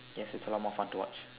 yes it's a lot more fun to watch